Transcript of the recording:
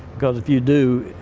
cause if you do,